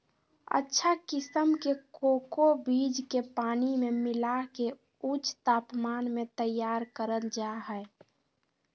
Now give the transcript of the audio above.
अच्छा किसम के कोको बीज के पानी मे मिला के ऊंच तापमान मे तैयार करल जा हय